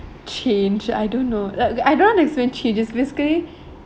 change I don't know like I don't how to explain changes it's basically